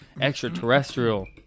extraterrestrial